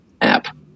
app